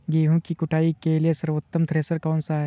गेहूँ की कुटाई के लिए सर्वोत्तम थ्रेसर कौनसा है?